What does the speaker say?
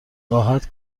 راحت